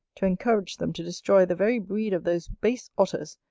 to encourage them to destroy the very breed of those base otters,